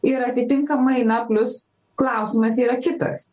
ir atitinkamai na plius klausimas yra kitas